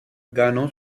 ganó